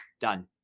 Done